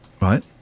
Right